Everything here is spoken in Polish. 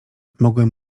mogłem